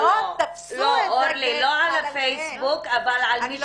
לא על הפייסבוק, אבל על מי